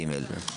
ג'.